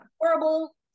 horrible